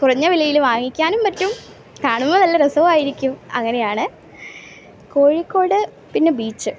കുറഞ്ഞ വിലയിൽ വാങ്ങിക്കാനും പറ്റും കാണുന്നത് നല്ല രസവുമായിരിക്കും അങ്ങനെയാണ് കോഴിക്കോട് പിന്ന ബീച്ച്